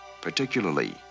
particularly